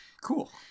Cool